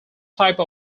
type